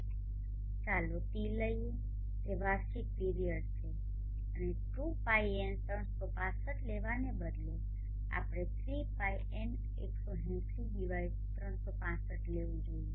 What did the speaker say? પહેલા ચાલો T લઈએ તે વાર્ષિક પીરીયડ છે અને 2πN365 લેવાને બદલે આપણે 3π365 લેવું જોઈએ